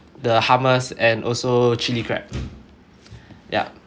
the hummus and also chilli crab yup